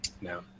No